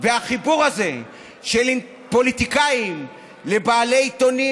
החיבור הזה של פוליטיקאים לבעלי עיתונים